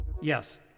Yes